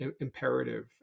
imperative